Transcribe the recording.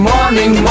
Morning